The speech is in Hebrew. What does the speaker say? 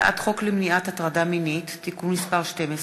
הצעת חוק למניעת הטרדה מינית (תיקון מס' 12)